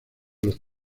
los